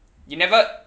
you never